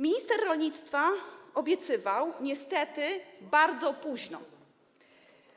Minister rolnictwa obiecywał, niestety bardzo późno: